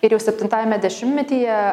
ir jau septintajame dešimtmetyje